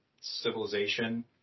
civilization